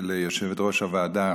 הוועדה